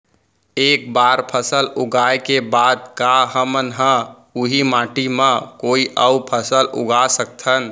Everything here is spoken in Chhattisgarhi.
एक बार फसल उगाए के बाद का हमन ह, उही माटी मा कोई अऊ फसल उगा सकथन?